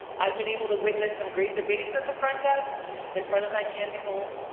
i've been able to witness some great debates at the front desk in front of that candy bowl.